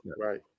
Right